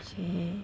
okay